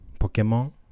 Pokemon